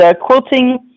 quilting